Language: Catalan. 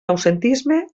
noucentisme